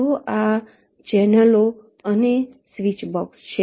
તો આ ચેનલો અને સ્વીચબોક્સ છે